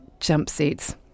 jumpsuits